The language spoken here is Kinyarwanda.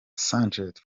sgt